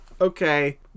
Okay